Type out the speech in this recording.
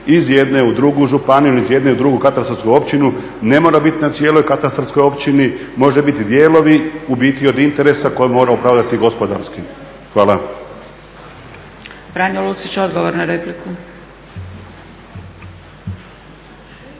iz jedne u drugu županiju, iz jedne u drugu katastarsku općinu. Ne mora bit na cijeloj katastarskoj općini, može biti dijelovi u biti od interesa koji mora opravdati gospodarski. Hvala.